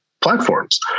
platforms